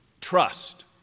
trust